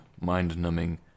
mind-numbing